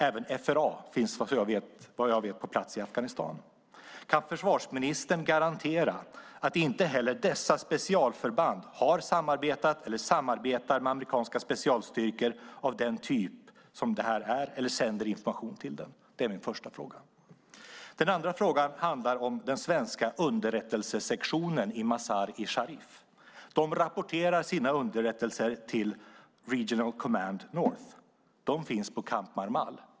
Även FRA finns, såvitt jag vet, på plats i Afghanistan. Kan försvarsministern garantera att inte heller dessa specialförband har samarbetat eller samarbetar med amerikanska specialstyrkor av den typ som det här är fråga om eller sänder information till dem? 2.Den svenska underrättelsesektionen i Mazar-e Sharif rapporterar sina underrättelser till Regional Command North. De finns på Camp Marmal.